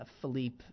Philippe